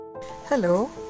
Hello